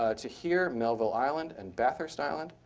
ah to here, melville island, and bathurst island.